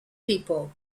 people